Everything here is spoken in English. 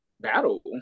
battle